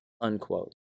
unquote